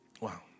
Wow